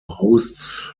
hosts